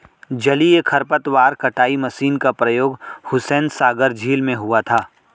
जलीय खरपतवार कटाई मशीन का प्रयोग हुसैनसागर झील में हुआ था